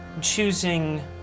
Choosing